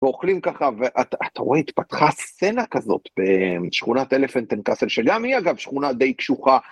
ואוכלים ככה, ואתה רואה התפתחה סצנה כזאת בשכונת אלפנטן קאסל, שגם היא אגב שכונה די קשוחה.